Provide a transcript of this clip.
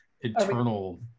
internal